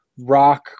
rock